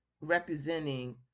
representing